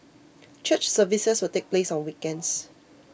church services will take place on weekends